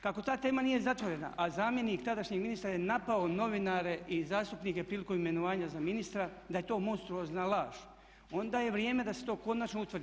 Kako ta tema nije zatvorena, a zamjenik tadašnjeg ministra je napao novinare i zastupnike prilikom imenovanja za ministra da je to monstruozna laž onda je vrijeme da se to konačno utvrdi.